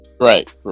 Right